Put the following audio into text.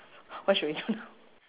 what should we do